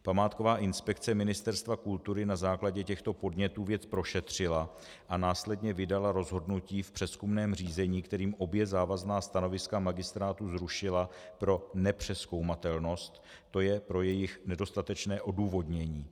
Památková inspekce Ministerstva kultury na základě těchto podnětů věc prošetřila a následně vydala rozhodnutí v přezkumném řízení, kterým obě závazná stanoviska magistrátu zrušila pro nepřezkoumatelnost, to je pro jejich nedostatečné odůvodnění.